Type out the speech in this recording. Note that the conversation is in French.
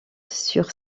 sur